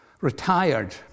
retired